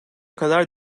kadar